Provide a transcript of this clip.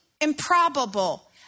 improbable